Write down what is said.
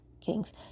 Kings